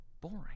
boring